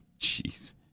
Jeez